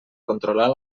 controlar